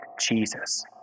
Jesus